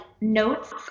notes